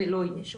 ולא יהיה.